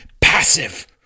passive